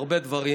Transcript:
הרבה דברים,